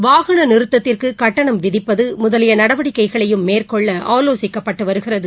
வாகனநிறுத்தத்திற்குகட்டணம் விதிப்பதுமுதலியநடவடிக்கைகளையும் மேற்கொள்ளஆலோசிக்கப்பட்டுவருகிறது